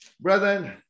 Brethren